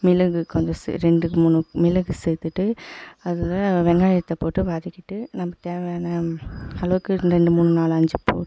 மிளகு கொஞ்சம் ரெண்டு மூணு மிளகு சேத்துவிட்டு அதில் வெங்காயத்தைப் போட்டு வதக்கிவிட்டு நமக்கு தேவையான அளவுக்கு ரெண்டு மூணு நாலு அஞ்சு